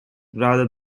rather